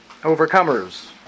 Overcomers